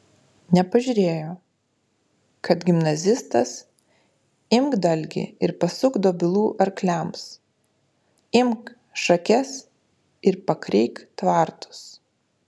nepažiūrėjo kad gimnazistas imk dalgį ir pasuk dobilų arkliams imk šakes ir pakreik tvartus